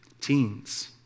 Teens